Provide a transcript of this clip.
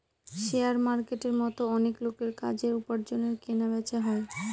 share মার্কেটের মতো অনেক লোকের কাজের, উপার্জনের কেনা বেচা হয়